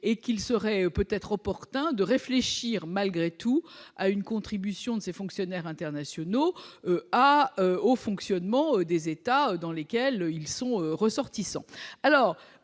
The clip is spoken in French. et qu'il serait opportun de réfléchir, malgré tout, à une contribution des fonctionnaires internationaux au fonctionnement des États dans lesquels ils vivent.